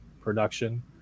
production